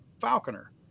falconer